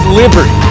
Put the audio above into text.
liberty